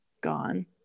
gone